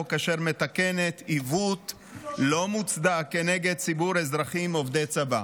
אשר מתקנת עיוות לא מוצדק כנגד ציבור האזרחים עובדי צבא.